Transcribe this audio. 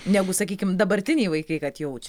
negu sakykim dabartiniai vaikai kad jauč